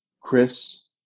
Chris